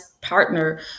partner